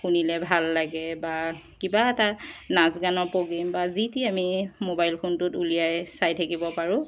শুনিলে ভাল লাগে বা কিবা এটা নাচ গানৰ প্ৰ'গ্ৰেম বা যি টি আমি মোবাইল ফোনটোত উলিয়াই চাই থাকিব পাৰোঁ